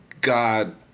God